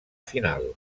final